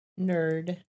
Nerd